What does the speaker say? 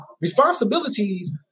Responsibilities